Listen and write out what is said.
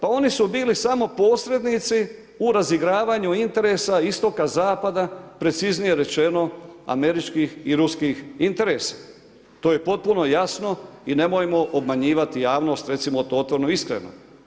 Pa oni su bili samo posrednici u razigravanju interesa istoka-zapada, preciznije rečeno američkih i ruskih interesa, to je potpuno jasno i nemojmo obmanjivati javnost recimo to otvoreno iskreno.